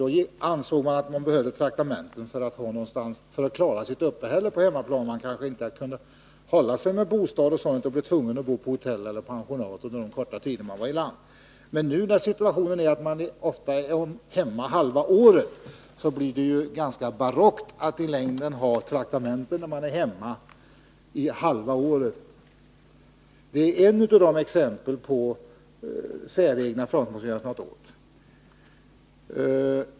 Då ansågs det att de behövde traktamenten för att klara sitt uppehälle på hemmaplan — de kanske inte kunde hålla sig med permanent bostad då, utan var tvungna att bo på hotell eller pensionat under de korta tider de befann sig i land. Men nu, när situationen är den att de ofta är hemma halva året, vore det ganska barockt att i längden låta dem få traktamenten, eftersom de är hemma så länge. — Detta är ett av exemplen på säregna förmåner som vi måste göra någonting åt.